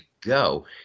go